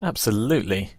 absolutely